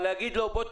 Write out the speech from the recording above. אבל להגיד לו: בוא,